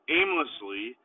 aimlessly